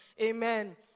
Amen